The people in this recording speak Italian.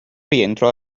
rientro